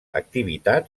activitat